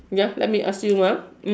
ya let me ask you ah